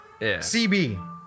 CB